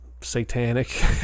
satanic